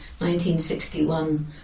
1961